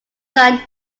son